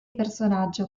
personaggio